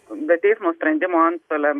be teismo sprendimo antstoliams